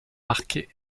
marquet